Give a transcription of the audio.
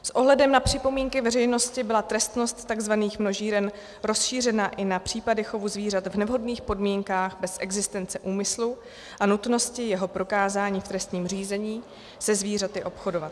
S ohledem na připomínky veřejnosti byla trestnost takzvaných množíren rozšířena i na případy chovu zvířat v nevhodných podmínkách bez existence úmyslu a nutnosti jeho prokázání v trestním řízení se zvířaty obchodovat.